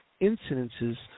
incidences